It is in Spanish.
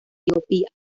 etiopía